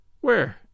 Where